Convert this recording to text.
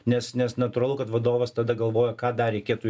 nes nes natūralu kad vadovas tada galvoja ką dar reikėtų